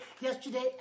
yesterday